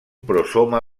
prosoma